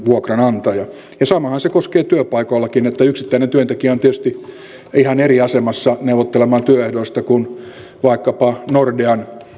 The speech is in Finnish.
vuokranantaja ja samahan se pätee työpaikoillakin että yksittäinen työntekijä on tietysti ihan eri asemassa neuvottelemaan työehdoista kuin vaikkapa nordean